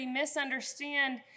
misunderstand